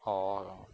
orh